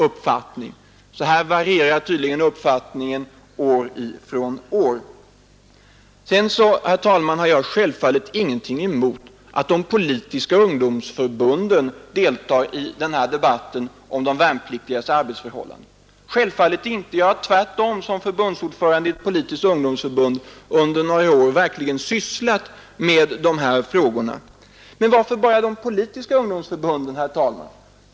Uppfattningen varierar tydligen år från år. Sedan, herr talman, har jag självfallet ingenting emot att de politiska ungdomsförbunden deltar i debatten om de värnpliktigas arbetsförhållanden. Jag har själv som ordförande i ett politiskt ungdomsförbund under några år aktivt sysslat med dessa frågor. Men varför bara de politiska ungdomsförbunden, herr talman?